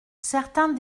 certains